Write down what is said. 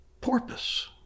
porpoise